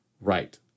right